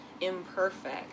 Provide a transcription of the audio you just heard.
imperfect